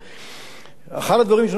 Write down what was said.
אחד הדברים שאנחנו חייבים לעשות,